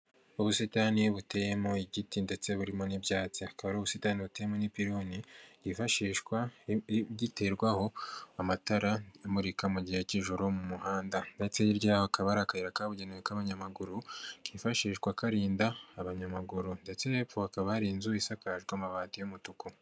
Ubusitani buteyemo igiti ndetse burimo n'ibyatsi akaba ari ubusitani buteyemo n'ipironi yifashishwa giterwaho amatara imurika mu gihe cy'ijoro mu muhanda ndetse hirya y'aho akaba hari akayira kabugenewe k'abanyamaguru kifashishwa karinda abanyamaguru ndetse n'epfo hakaba hari inzu isakajwe amabati y'umutuku.